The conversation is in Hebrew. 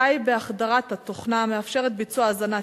די בהחדרת התוכנה המאפשרת ביצוע האזנת